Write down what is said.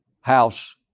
house